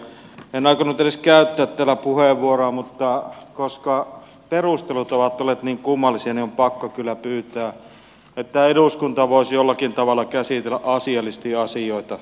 en aikonut edes käyttää täällä puheenvuoroa mutta koska perustelut ovat olleet niin kummallisia niin on pakko kyllä pyytää että eduskunta voisi jollakin tavalla käsitellä asiallisesti asioita